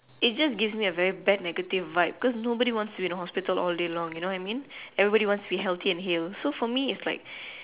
it just give me a very bad negative vibe cause nobody wants to be in a hospital all day long you know what I mean everybody wants to be healthy and hail so for me is like